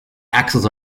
axles